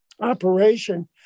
operation